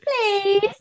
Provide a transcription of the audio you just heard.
please